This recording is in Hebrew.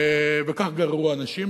כך גררו אנשים.